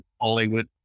Hollywood